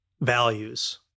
values